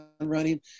running